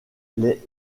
les